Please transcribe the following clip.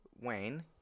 Wayne